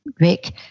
Rick